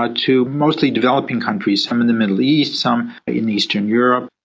ah to mostly developing countries, some in the middle east, some in eastern europe,